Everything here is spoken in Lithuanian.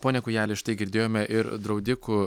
pone kūjeli štai girdėjome ir draudikų